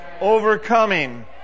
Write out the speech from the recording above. Overcoming